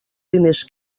diners